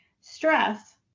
Stress